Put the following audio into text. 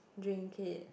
drink it